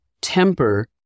temper